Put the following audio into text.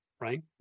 right